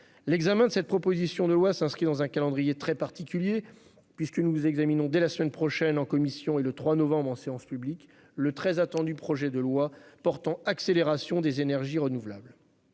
L'examen de cette proposition de loi s'inscrit dans un calendrier très particulier, puisque nous examinerons dès la semaine prochaine en commission et le 2 novembre en séance publique le très attendu projet de loi relatif à l'accélération de la production d'énergies renouvelables.